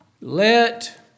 Let